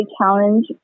challenge